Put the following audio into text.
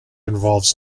involves